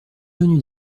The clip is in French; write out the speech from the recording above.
tenu